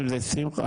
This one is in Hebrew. אם זו שמחה,